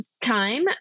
time